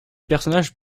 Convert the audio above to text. personnages